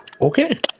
Okay